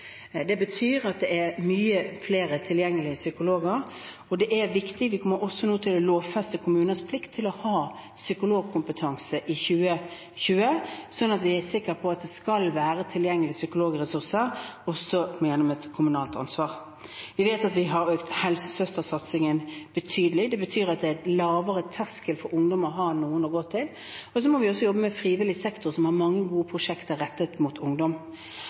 Det betyr at det er mange flere tilgjengelige psykologer, og det er viktig. Vi kommer også til å lovfeste kommuners plikt til å ha psykologkompetanse i 2020, slik at vi er sikre på at det skal være tilgjengelige psykologressurser gjennom et kommunalt ansvar. Vi vet at vi har økt helsesøstersatsingen betydelig. Det betyr at det er lavere terskel for ungdom å ha noen å gå til. Vi må også jobbe med frivillig sektor, som har mange gode prosjekter rettet mot ungdom.